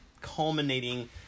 culminating